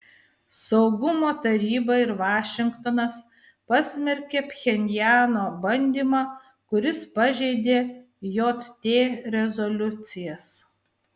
saugumo taryba ir vašingtonas pasmerkė pchenjano bandymą kuris pažeidė jt rezoliucijas